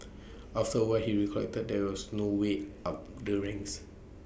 after A while he recollected there was no way up the ranks